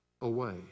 away